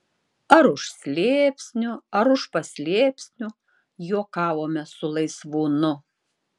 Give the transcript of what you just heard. ar už slėpsnų ar už paslėpsnių juokavome su laisvūnu